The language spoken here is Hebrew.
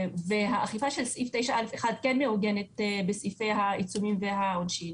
והאכיפה של סעיף 9(א)(1) כן מעוגנת בסעיפי העיצומים והעונשין.